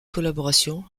collaboration